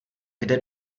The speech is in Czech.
kde